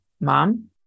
mom